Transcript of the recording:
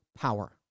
power